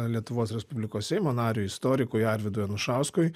lietuvos respublikos seimo nariui istorikui arvydui anušauskui